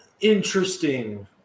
Interesting